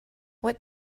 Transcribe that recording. what